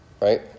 Right